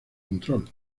control